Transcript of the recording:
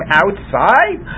outside